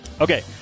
Okay